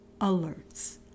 alerts